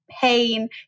pain